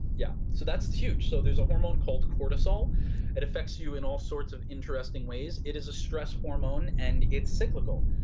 yeah, so that's huge so there is a hormone called cortisol it affects you in all sorts of interesting ways. it is a stress hormone and it's cyclical.